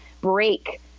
break